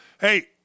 Hey